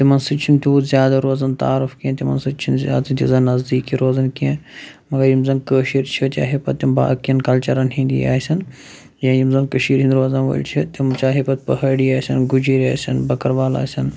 تِمَن سۭتۍ چھُنہٕ تیوٗت زیادٕ روزان تعارُف کینٛہہ تِمَن سۭتۍ چھِنہٕ زیادٕ تیٖژاہ نَزدیٖکی روزَان کینٛہہ مَگَر یِم زَن کٲشِر چھِ چاہے پَتہٕ تِم باقٕیَن کَلچَرَن ہِنٛدی آسٮ۪ن یا یِم زَن کٔشیٖر ہِنٛدۍ روزان وٲلۍ چھِ تِم چاہے پَتہٕ پہٲڑی آسن گُجِرۍ آسن بَکروال آسٮ۪ن